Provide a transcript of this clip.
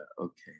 Okay